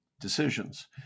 decisions